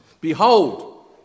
Behold